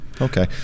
Okay